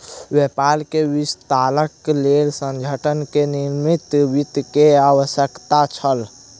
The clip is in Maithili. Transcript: व्यापार के विस्तारक लेल संगठन के निगमित वित्त के आवश्यकता छल